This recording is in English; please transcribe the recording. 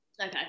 okay